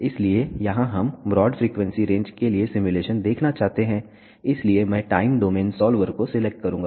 इसलिए यहां हम ब्रॉड फ्रीक्वेंसी रेंज के लिए सिमुलेशन देखना चाहते हैं इसलिए मैं टाइम डोमेन सॉल्वर को सिलेक्ट करूंगा